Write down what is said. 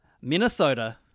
Minnesota